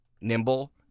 nimble